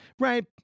Right